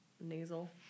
nasal